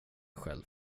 själv